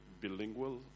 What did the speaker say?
bilingual